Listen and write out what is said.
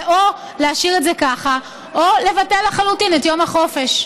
זה או להשאיר את זה ככה או לבטל לחלוטין את יום החופש.